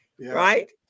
right